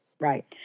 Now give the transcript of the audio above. right